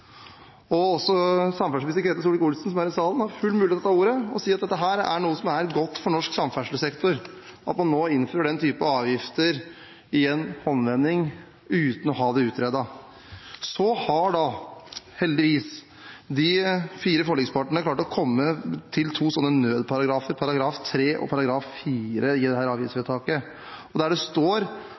av. Også samferdselsminister Ketil Solvik-Olsen, som er i salen, har full mulighet til å ta ordet og si at det er godt for norsk samferdselssektor at man nå innfører den type avgifter i en håndvending, uten å ha det utredet. Så har da heldigvis de fire forlikspartene klart å komme til to slike nødparagrafer, §§ 3 og 4, i dette avgiftsvedtaket, der det står